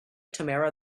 tamara